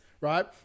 right